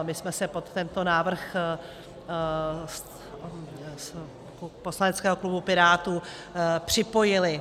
My jsme se pod tento návrh poslaneckého klubu Pirátů připojili.